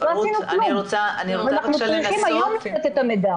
לא עשינו כלום ואנחנו צריכים היום את המידע.